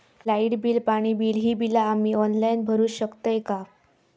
Light bill, पाणी bill, ही बिला आम्ही ऑनलाइन भरू शकतय का?